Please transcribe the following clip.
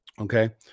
Okay